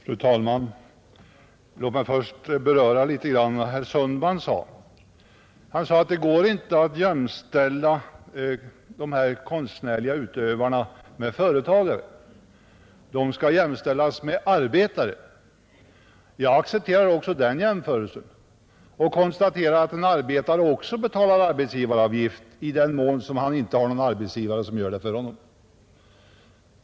Fru talman! Låt mig först beröra vad herr Sundman sade. Han sade att det inte går att jämställa utövarna av konstnärliga yrken med företag; de skall jämställas med arbetare. Jag accepterar också den jämförelsen och konstaterar att även en arbetare betalar arbetsgivaravgift i den mån han inte har någon arbetsgivare som gör det för honom.